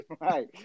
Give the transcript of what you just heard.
Right